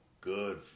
good